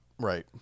Right